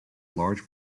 large